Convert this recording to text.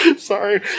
Sorry